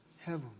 Heaven